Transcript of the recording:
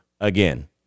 again